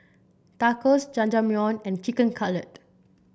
Tacos Jajangmyeon and Chicken Cutlet